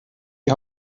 die